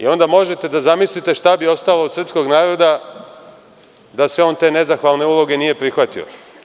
Onda možete da zamislite šta bi ostalo od srpskog naroda da se on te nezahvalne uloge nije prihvatio.